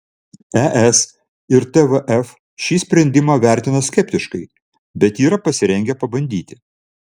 es ir tvf šį sprendimą vertina skeptiškai bet yra pasirengę pabandyti